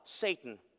Satan